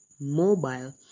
mobile